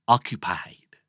Occupied